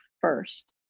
first